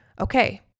okay